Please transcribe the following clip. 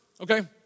okay